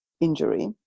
injury